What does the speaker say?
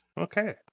okay